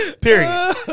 Period